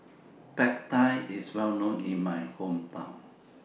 Pad Thai IS Well known in My Hometown